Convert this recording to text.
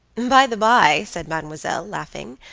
by-the-by, said mademoiselle, laughing,